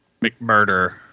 McMurder